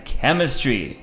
chemistry